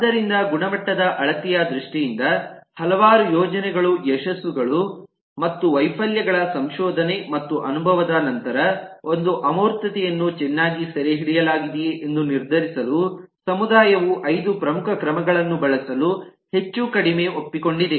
ಆದ್ದರಿಂದ ಗುಣಮಟ್ಟದ ಅಳತೆಯ ದೃಷ್ಟಿಯಿಂದ ಹಲವಾರು ಯೋಜನೆಗಳು ಯಶಸ್ಸುಗಳು ಮತ್ತು ವೈಫಲ್ಯಗಳ ಸಂಶೋಧನೆ ಮತ್ತು ಅನುಭವದ ನಂತರ ಒಂದು ಅಮೂರ್ತತೆಯನ್ನು ಚೆನ್ನಾಗಿ ಸೆರೆಹಿಡಿಯಲಾಗಿದೆಯೆ ಎಂದು ನಿರ್ಧರಿಸಲು ಸಮುದಾಯವು ಐದು ಪ್ರಮುಖ ಕ್ರಮಗಳನ್ನು ಬಳಸಲು ಹೆಚ್ಚು ಕಡಿಮೆ ಒಪ್ಪಿಕೊಂಡಿದೆ